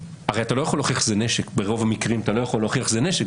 הרי ברוב המקרים אתה לא יכול להוכיח שזה נשק,